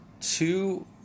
Two